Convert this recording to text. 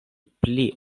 pli